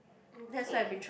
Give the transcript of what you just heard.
okay